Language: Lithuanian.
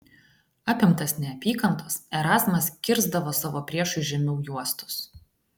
apimtas neapykantos erazmas kirsdavo savo priešui žemiau juostos